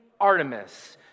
Artemis